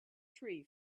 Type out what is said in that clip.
tree